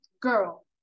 girl